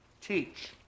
Teach